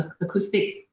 acoustic